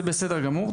זה בסדר גמור,